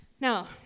Now